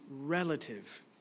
relative